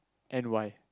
and why